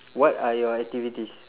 what are your activities